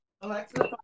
Alexa